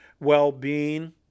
well-being